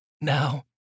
now